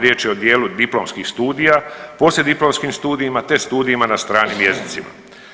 Riječ je o dijelu diplomskih studija, poslijediplomskim studijima, te studijima na stranim jezicima.